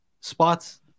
spots